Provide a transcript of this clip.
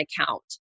account